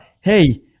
hey